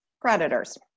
predators